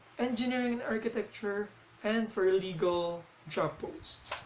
engineering and architecture and for a legal job post.